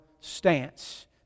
stance